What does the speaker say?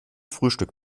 frühstück